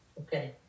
Okay